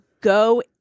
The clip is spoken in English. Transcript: go